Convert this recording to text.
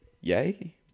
Yay